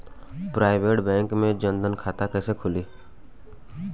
Private bank मे जन धन खाता कैसे खुली?